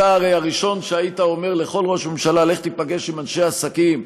אתה הרי הראשון שהיית אומר לכל ראש ממשלה: לך תיפגש עם אנשי עסקים.